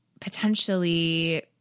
potentially